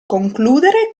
concludere